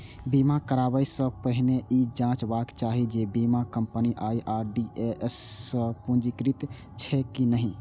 बीमा कराबै सं पहिने ई जांचबाक चाही जे बीमा कंपनी आई.आर.डी.ए सं पंजीकृत छैक की नहि